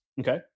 okay